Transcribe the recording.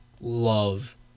love